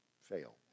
fail